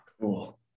Cool